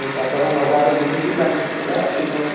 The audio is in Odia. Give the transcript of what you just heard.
ସେହି କଟକ ନରାଜ ବୁଲିକି ବାଲିଯାତ୍ରା ଏହିସବୁ